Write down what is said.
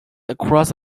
across